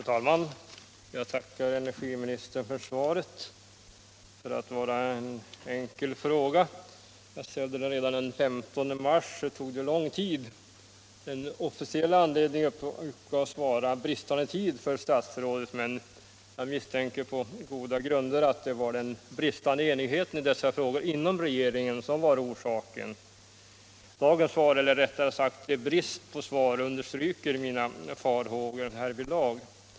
Herr talman! Jag tackar energiministern för svaret. För att vara svar på en fråga dröjde det lång tid — jag ställde frågan redan den 15 mars. Den officiella anledningen till dröjsmålet uppgavs vara bristande tid för statsrådet, men jag misstänker på goda grunder att det var den bristande enigheten i dessa frågor inom regeringen som var orsaken. Dagens svar eller rättare sagt brist på svar understryker mina farhågor härvidlag.